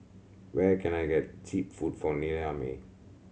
where can I get cheap food from Niamey